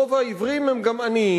רוב העיוורים הם גם עניים,